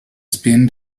spin